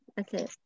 Okay